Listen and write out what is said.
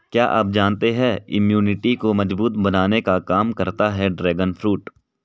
क्या आप जानते है इम्यूनिटी को मजबूत बनाने का काम करता है ड्रैगन फ्रूट?